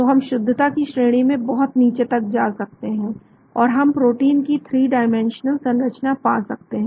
तो हम शुद्धता की श्रेणी में बहुत नीचे तक जा सकते हैं और हम प्रोटीन की थ्री डाइमेंशनल संरचना पा सकते हैं